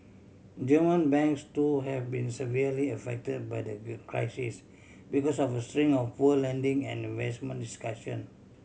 German banks too have been severely affect by the crisis because of a string of poor lending and investment decision